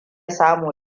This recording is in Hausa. samu